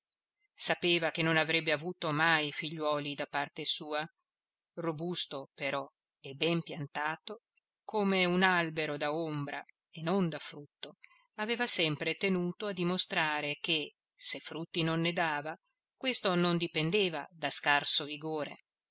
sapeva che non avrebbe avuto mai figliuoli da parte sua robusto però e ben piantato come un albero da ombra e non da frutto aveva sempre tenuto a dimostrare che se frutti non ne dava questo non dipendeva da scarso vigore